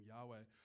Yahweh